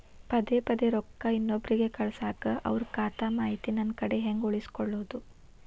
ಪದೆ ಪದೇ ರೊಕ್ಕ ಇನ್ನೊಬ್ರಿಗೆ ಕಳಸಾಕ್ ಅವರ ಖಾತಾ ಮಾಹಿತಿ ನನ್ನ ಕಡೆ ಹೆಂಗ್ ಉಳಿಸಿಕೊಳ್ಳೋದು?